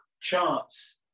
charts